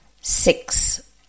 six